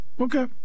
Okay